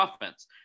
offense